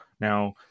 now